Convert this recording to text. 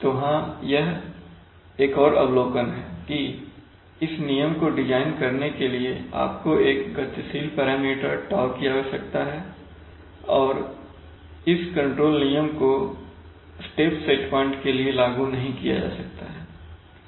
तो हाँ यह एक और अवलोकन है कि इस नियम को डिजाइन करने के लिए आपको गतिशील पैरामीटर 𝛕 की आवश्यकता हैऔर इस कंट्रोल नियम को स्टेप सेट पॉइंट्स के लिए लागू नहीं किया जा सकता है